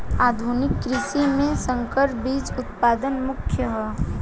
आधुनिक कृषि में संकर बीज उत्पादन प्रमुख ह